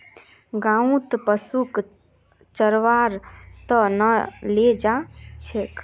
गाँउत पशुक चरव्वार त न ले जा छेक